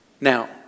now